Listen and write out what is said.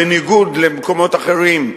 בניגוד למקומות אחרים,